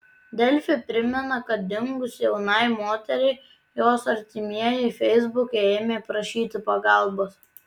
delfi primena kad dingus jaunai moteriai jos artimieji feisbuke ėmė prašyti pagalbos